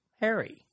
Harry